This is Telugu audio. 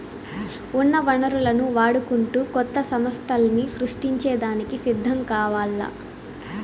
ఉన్న వనరులను వాడుకుంటూ కొత్త సమస్థల్ని సృష్టించే దానికి సిద్ధం కావాల్ల